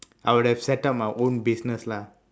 I would have set up my own business lah